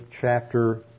chapter